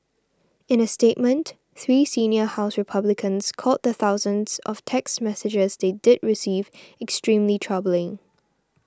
in a statement three senior House Republicans called the thousands of text messages they did receive extremely troubling